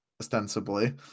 ostensibly